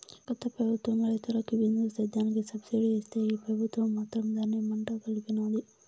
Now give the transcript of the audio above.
గత పెబుత్వం రైతులకి బిందు సేద్యానికి సబ్సిడీ ఇస్తే ఈ పెబుత్వం మాత్రం దాన్ని మంట గల్పినాది